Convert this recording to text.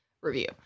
review